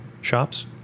shops